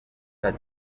ati